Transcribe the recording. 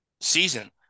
season